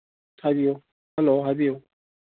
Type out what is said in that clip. ꯍꯥꯏꯕꯤꯌꯨ ꯍꯂꯣ ꯍꯥꯏꯕꯤꯌꯨ